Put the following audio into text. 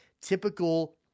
typical